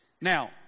Now